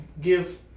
give